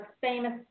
famous